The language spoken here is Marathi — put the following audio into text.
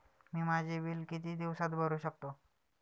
मी माझे बिल किती दिवसांत भरू शकतो?